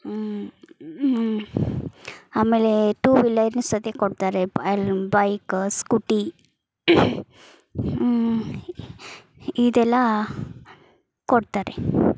ಆಮೇಲೆ ಟೂ ವೀಲರ್ನ ಸದ್ಯಕ್ಕೆ ಕೊಡ್ತಾರೆ ಬೈಕ ಸ್ಕೂಟಿ ಇದೆಲ್ಲ ಕೊಡ್ತಾರೆ